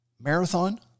marathon